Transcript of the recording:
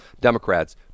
democrats